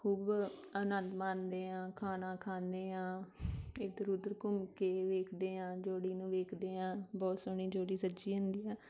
ਖੂਬ ਆਨੰਦ ਮਾਣਦੇ ਹਾਂ ਖਾਣਾ ਖਾਂਦੇ ਹਾਂ ਇੱਧਰ ਉੱਧਰ ਘੁੰਮ ਕੇ ਵੇਖਦੇ ਹਾਂ ਜੋੜੀ ਨੂੰ ਵੇਖਦੇ ਹਾਂ ਬਹੁਤ ਸੋਹਣੀ ਜੋੜੀ ਸਜੀ ਹੁੰਦੀ ਹੈ